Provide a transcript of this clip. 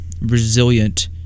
resilient